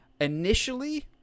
initially